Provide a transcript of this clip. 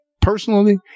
personally